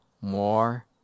more